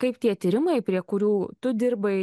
kaip tie tyrimai prie kurių tu dirbai